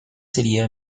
sería